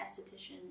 esthetician